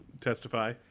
testify